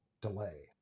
delay